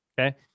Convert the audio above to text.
Okay